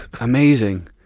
Amazing